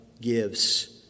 gives